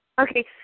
Okay